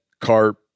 carp